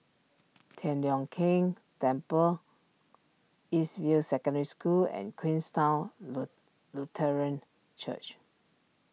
Tian Leong Keng Temple East View Secondary School and Queenstown Lutheran Church